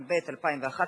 התשע"ב 2011,